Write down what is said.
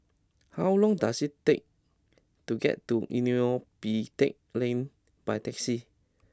how long does it take to get to Neo Pee Teck Lane by taxi